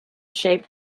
shaped